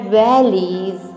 valleys